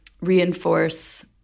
reinforce